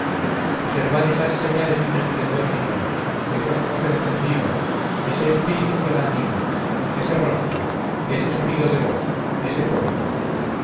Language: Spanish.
observad esas señales de un esplendor divino esos ojos encendidos ese espíritu que la anima ese rostro este sonido de voz ese porte